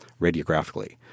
radiographically